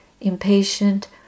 impatient